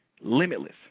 limitless